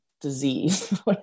disease